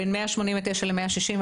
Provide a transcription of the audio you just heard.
בין 189 ל-161?